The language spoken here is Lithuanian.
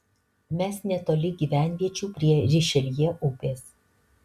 mes netoli gyvenviečių prie rišeljė upės